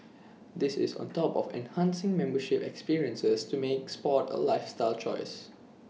this is on top of enhancing membership experiences to make Sport A lifestyle choice